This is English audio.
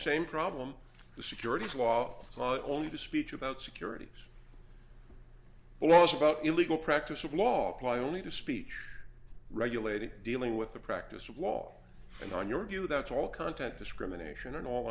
same problem the securities law only to speech about securities laws about illegal practice of law apply only to speech regulated dealing with the practice of law and on your view that's all content discrimination and all